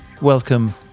Welcome